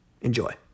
Enjoy